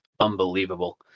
unbelievable